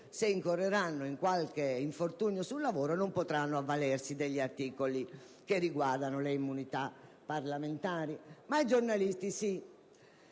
se incorreranno in qualche infortunio sul lavoro, non potranno avvalersi degli articoli che riguardano le immunità parlamentari. Ma i giornalisti